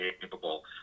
capable